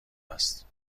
است